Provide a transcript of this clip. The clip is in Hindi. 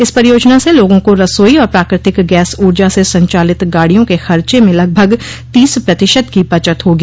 इस परियोजना से लोगों को रसोई और प्राकृतिक गैस ऊर्जा से संचालित गाड़ियों के खर्चे में लगभग तीस प्रतिशत की बचत होगी